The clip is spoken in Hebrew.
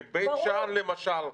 כי בית שאן, למשל,